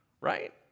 right